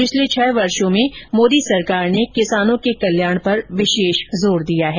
पिछले छह वर्षो में मोदी सरकार ने किसानों के कल्याण पर विशेष जोर दिया है